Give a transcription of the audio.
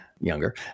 younger